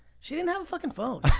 she didn't have a fucking phone.